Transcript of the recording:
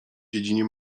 dziedzinie